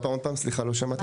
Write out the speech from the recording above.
עוד פעם, סליחה, לא שמעתי.